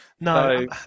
No